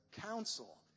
counsel